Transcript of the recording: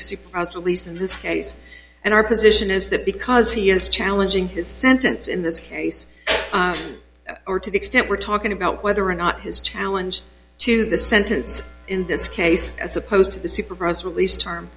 to lease in this case and our position is that because he is challenging his sentence in this case or to the extent we're talking about whether or not his challenge to the sentence in this case as opposed to the super press release term